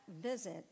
visit